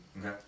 Okay